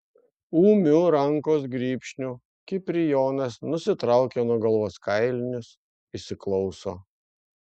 ūmiu rankos grybšniu kiprijonas nusitraukia nuo galvos kailinius įsiklauso